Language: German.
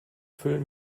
füllen